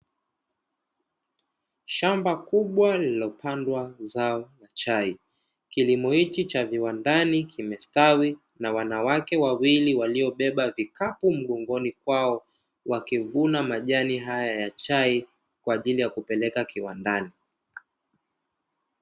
Shamba kubwa lililopandwa zao chai, kilimo hichi cha viwandani kimestawi na wanawake wawili waliobeba vikapu mgongoni kwao, wakivuna majani hayo ya chai kwa ajili ya kupeleka kiwandani.